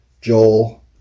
Joel